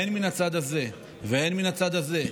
הן מן הצד הזה והן מן הצד הזה,